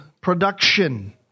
production